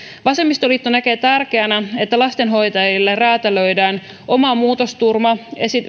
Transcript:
vasemmistoliitto näkee tärkeänä että lastenhoitajille räätälöidään oma muutosturva